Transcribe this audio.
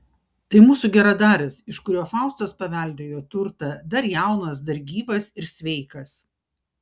tai mūsų geradaris iš kurio faustas paveldėjo turtą dar jaunas dar gyvas ir sveikas